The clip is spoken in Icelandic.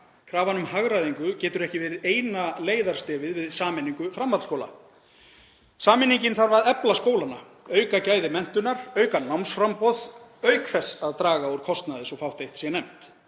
Krafan um hagræðingu getur ekki verið eina leiðarstefið við sameiningu framhaldsskóla. Sameiningin þarf að efla skólana, auka gæði menntunar, auka námsframboð auk þess að draga úr kostnaði, svo fátt eitt sé nefnt.